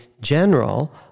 general